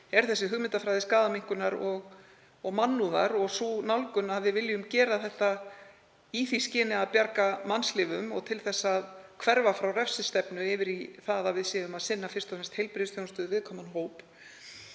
sem er hugmyndafræði skaðaminnkunar og mannúðar og sú nálgun að við viljum gera þetta í því skyni að bjarga mannslífum og hverfa frá refsistefnu yfir í það að við séum að sinna fyrst og fremst heilbrigðisþjónustu við viðkvæman hóp.